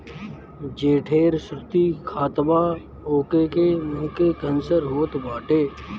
जे ढेर सुरती खात बा ओके के मुंहे के कैंसर होत बाटे